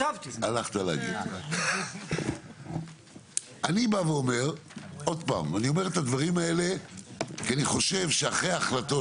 עוד פעם אני אומר את הדברים האלה כי אני חושב שאחרי ההחלטות